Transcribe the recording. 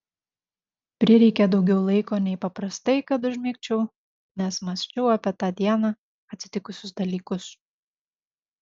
prireikė daugiau laiko nei paprastai kad užmigčiau nes mąsčiau apie tą dieną atsitikusius dalykus